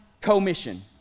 commission